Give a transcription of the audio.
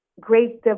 great